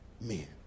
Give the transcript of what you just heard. men